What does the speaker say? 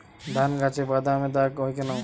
ধানগাছে বাদামী দাগ হয় কেন?